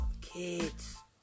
kids